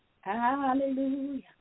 Hallelujah